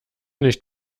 nicht